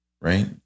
right